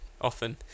often